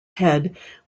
head